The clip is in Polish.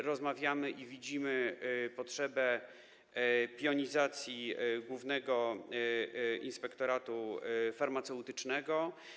Rozmawiamy i widzimy potrzebę pionizacji Głównego Inspektoratu Farmaceutycznego.